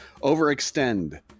overextend